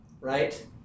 right